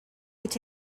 could